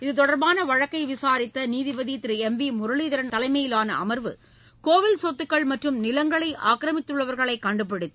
இத்தொடர்பாள வழக்கை விசாரித்த நீதிபதி திரு எம் வி முரளிதரன் தலைமையிலாள அமர்வு கோவில் சொத்துக்கள் மற்றும் நிலங்களை ஆக்கிரமித்துள்ளவர்களை கண்டுபிடித்து